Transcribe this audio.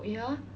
ya